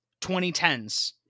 2010s